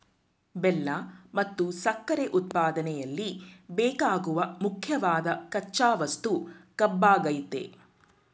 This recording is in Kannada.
ಬೆಲ್ಲ ಮತ್ತು ಸಕ್ಕರೆ ಉತ್ಪಾದನೆಯಲ್ಲಿ ಬೇಕಾಗುವ ಮುಖ್ಯವಾದ್ ಕಚ್ಚಾ ವಸ್ತು ಕಬ್ಬಾಗಯ್ತೆ